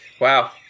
Wow